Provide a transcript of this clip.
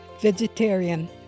vegetarian